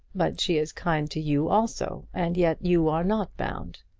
but she is kind to you also, and yet you are not bound.